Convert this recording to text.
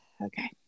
okay